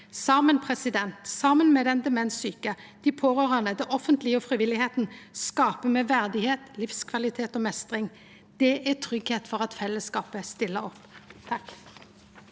Saman – saman med den demenssjuke, dei pårørande, det offentlege og frivilligheita – skaper me verdig heit, livskvalitet og meistring. Det er tryggleik for at fellesskapet stiller opp. Ivar